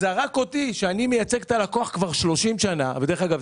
זרק אותי ואני מייצג את הלקוח כבר שלושים שנים ודרך אגב,